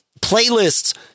Playlists